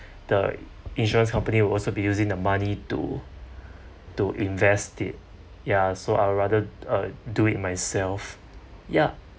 the insurance company would also be using the money to to invest it ya so I'll rather uh do it in myself ya